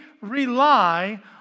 rely